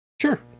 sure